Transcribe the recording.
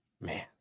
man